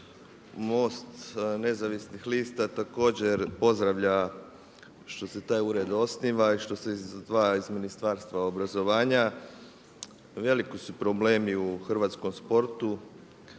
MOST Nezavisnih lista također pozdravlja što se taj ured osniva i što se izdvaja iz Ministarstva obrazovanja. Veliki su problemi u hrvatskom sportu,